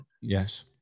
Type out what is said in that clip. Yes